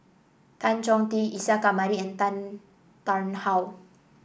Tan Chong Tee Isa Kamari and Tan Tarn How